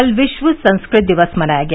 कल विश्व संस्कृत दिवस मनाया गया